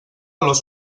los